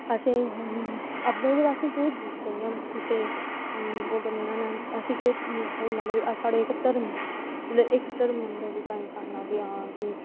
अव्वल ते असें केह् जरूरत ऐ कुसै ई असें ई केह् थ्होंदा पर जेह्का साढ़ा धर्म ऐ ते इक्क धर्म होंदा कुसै इन्सान दा की आं